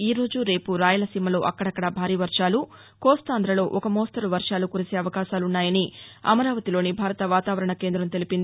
ఈరోజు రేపు రాయలసీమలో అక్కడక్కడ భారీ వర్వాలు కోస్తాంధ్రలో ఒక మోస్తరు వర్వాలు కురిసే అవకాశాలున్నాయని అమరావతిలోని భారత వాతావరణ కేందం తెలిపింది